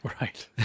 Right